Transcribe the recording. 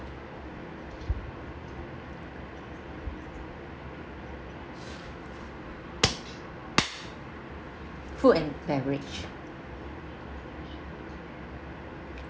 food and beverage